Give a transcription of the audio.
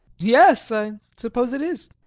yes, i suppose it is.